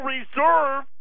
Reserve